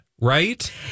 right